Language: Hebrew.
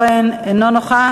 חבר הכנסת יצחק כהן, אינו נוכח.